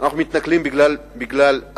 אנחנו מתנכלים בגלל השם.